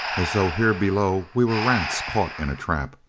as though here below we were rats caught in a trap.